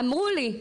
אמרו לי,